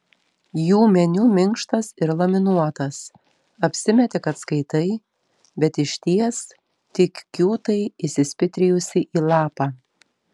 jų meniu minkštas ir laminuotas apsimeti kad skaitai bet išties tik kiūtai įsispitrijusi į lapą